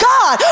God